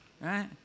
right